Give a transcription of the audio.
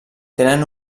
tenen